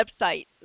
website